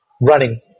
running